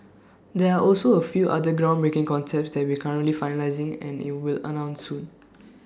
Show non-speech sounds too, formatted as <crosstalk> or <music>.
there are also A few other groundbreaking concepts that we currently finalising and IT will announce soon <noise>